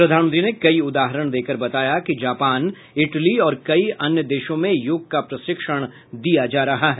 प्रधानमंत्री ने कई उदाहरण देकर बताया कि जापान इटली और कई अन्य देशों में योग का प्रशिक्षण दिया जा रहा है